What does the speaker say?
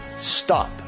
stop